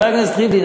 חבר הכנסת ריבלין,